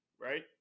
right